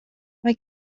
mae